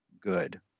good